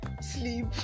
sleep